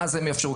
ואז הם יאפשרו.